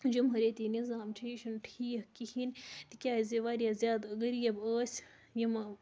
جمہوٗرِیَتی نِظام چھِ یہِ چھُنہٕ ٹھیٖک کِہیٖنۍ تِکیٛازِ واریاہ زیادٕ غریٖب ٲسۍ یِمہٕ